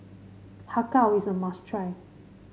Har Kow is a must try